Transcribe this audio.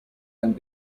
end